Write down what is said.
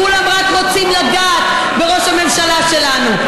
כולם רק רוצים לגעת בראש הממשלה שלנו.